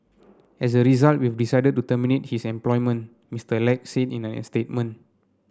as a result we've decided to terminate his employment Mr Lack said in a statement